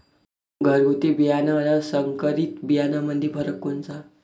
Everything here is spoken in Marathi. घरगुती बियाणे अन संकरीत बियाणामंदी फरक कोनचा?